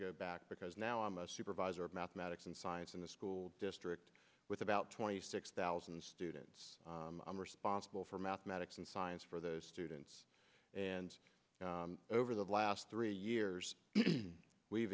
to go back because now i'm a supervisor of mathematics and science in the school district with about twenty six thousand students i'm responsible for mathematics and science for those students and over the last three years we've